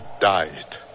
died